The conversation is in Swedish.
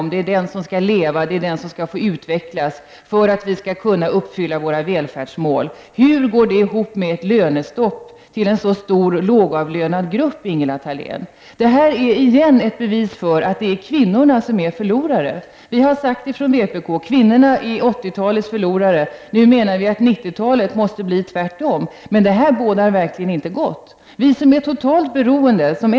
Det är den som skall leva och få utvecklas för att vi skall kunna uppfylla våra välfärdsmål. Hur går detta ihop med ett lönestopp, Ingela Thalén, för en så stor lågavlönad grupp? Detta är åter ett bevis på att kvinnorna är förlorarna. Vi i vpk har förklarat att kvinnorna är 1980-talets förlorare. Nu menar vi att det måste bli tvärtom under 1990-talet. Men detta bådar verkligen inte gott.